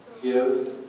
Give